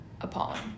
appalling